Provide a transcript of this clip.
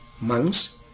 monks